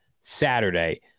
Saturday